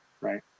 right